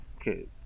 okay